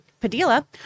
Padilla